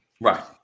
Right